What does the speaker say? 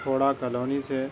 کھوڑا colony سے